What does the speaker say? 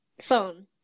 Phone